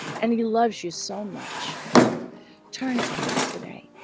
and he loves you so much turn to him today,